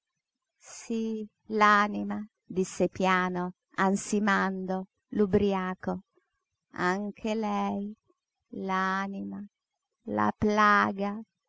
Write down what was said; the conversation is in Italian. sí l'anima disse piano ansimando l'ubriaco anche lei l'anima la plaga